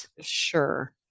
sure